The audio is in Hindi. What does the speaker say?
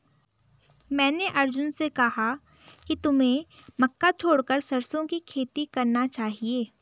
मैंने अर्जुन से कहा कि तुम्हें मक्का छोड़कर सरसों की खेती करना चाहिए